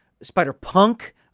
Spider-Punk